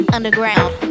Underground